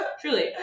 truly